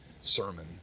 sermon